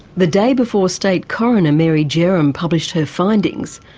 the day before state coroner, mary jerram, published her findings,